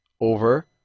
over